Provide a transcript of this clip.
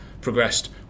progressed